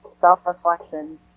self-reflection